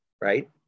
right